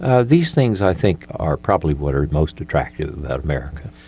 ah these things i think are probably what are most attractive about america.